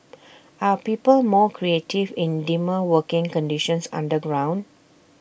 are people more creative in dimmer working conditions underground